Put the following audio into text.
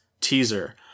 teaser